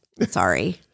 Sorry